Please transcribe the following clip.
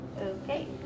Okay